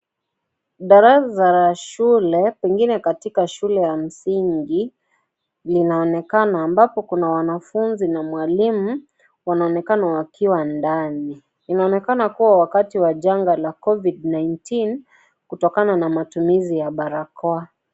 Darasa la shule pengine katika shule ya msingi, inaonekana ambapo kuna wanafunzi na mwalimu wanaonekana wakiwa ndani. Inaonekana kuwa ni wakati wa janga la covid-19 kutokana na matumizi ya barakoa.